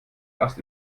erst